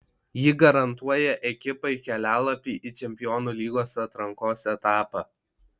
ji garantuoja ekipai kelialapį į čempionų lygos atrankos etapą